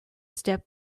step